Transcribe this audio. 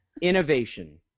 Innovation